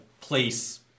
place